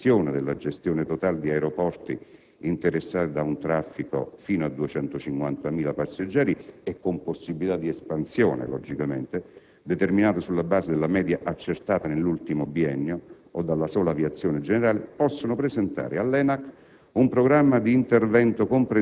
per la concessione della gestione totale di aeroporti interessati da un traffico fino a 250.000 passeggeri e con possibilità di espansione, determinato sulla base della media accertata nell'ultimo biennio, o dalla sola aviazione generale), possono presentare all'ENAC